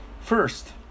First